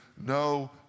no